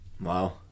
Wow